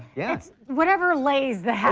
yeah whatever lays ahead.